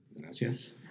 Gracias